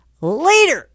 later